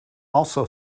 also